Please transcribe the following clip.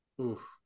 Oof